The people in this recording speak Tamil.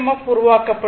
எஃப் உருவாக்கப்படும்